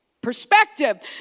perspective